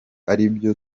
aribyo